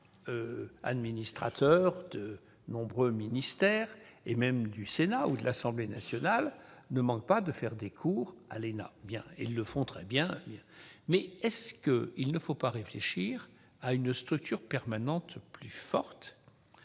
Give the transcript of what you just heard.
administrateurs de nombreux ministères, et même du Sénat ou de l'Assemblée nationale, ne manquent pas de faire des cours à l'ENA, et ils le font très bien. Mais ne faudrait-il pas réfléchir à une structure permanente plus forte,